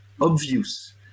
obvious